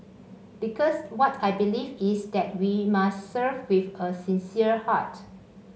because what I believe is that we must serve with a sincere heart